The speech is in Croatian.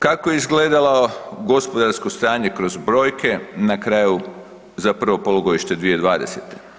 Kako je izgledalo gospodarsko stanje kroz brojke na kraju za prvo polugodište 2020.